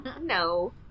No